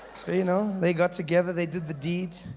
so you know, they got together, they did the deed.